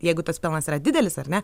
jeigu tas pelnas yra didelis ar ne